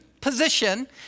position